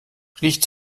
riecht